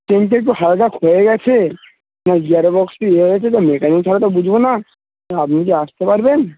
টিনটা একটু হালকা ক্ষয়ে গেছে তো গিয়ারের বক্সটি ইয়ে হয়ে গেছে তো মেকানিক ছাড়া তো বুঝবো না আপনি কি আসতে পারবেন